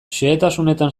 xehetasunetan